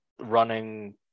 running